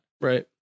Right